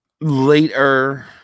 later